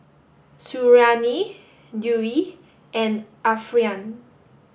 Suriani Dewi and Alfian